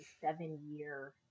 seven-year